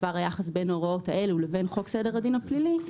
מדובר ביחס בין הוראות אלה לבין חוק סדר הדין הפלילי,